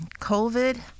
COVID